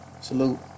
salute